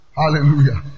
hallelujah